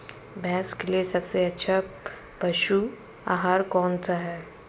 भैंस के लिए सबसे अच्छा पशु आहार कौनसा है?